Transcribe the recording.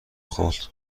خورد